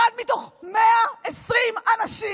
אחד מתוך 120 אנשים